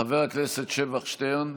חבר הכנסת שבח שטרן,